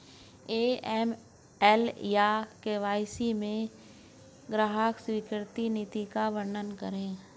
AML या KYC में ग्राहक स्वीकृति नीति का वर्णन करें?